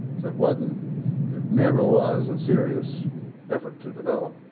so it wasn't it never was a serious effort to develop.